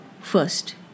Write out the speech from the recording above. First